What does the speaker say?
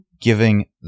Giving